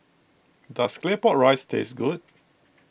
does Claypot Rice taste good